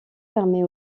permet